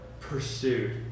pursued